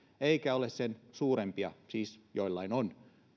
heillä ole sen suurempia ihmissuhteita siis joillain on